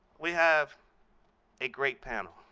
we have a great panel.